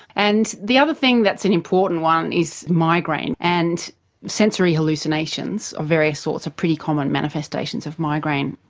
and the other thing that's an important one is migraine, and sensory hallucinations of various sorts are pretty common manifestations of migraine.